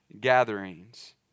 gatherings